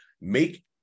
Make